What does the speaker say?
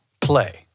play